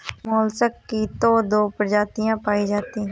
mollusc की तो दो प्रजातियां पाई जाती है